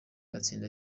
atsinda